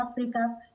Africa